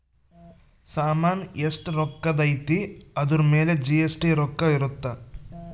ಸಾಮನ್ ಎಸ್ಟ ರೊಕ್ಕಧ್ ಅಯ್ತಿ ಅದುರ್ ಮೇಲೆ ಜಿ.ಎಸ್.ಟಿ ರೊಕ್ಕ ಇರುತ್ತ